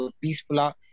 peaceful